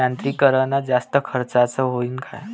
यांत्रिकीकरण जास्त खर्चाचं हाये का?